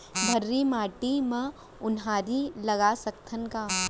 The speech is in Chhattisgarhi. भर्री माटी म उनहारी लगा सकथन का?